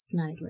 snidely